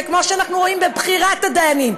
וכמו שאנחנו רואים בבחירת הדיינים,